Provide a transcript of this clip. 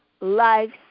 lives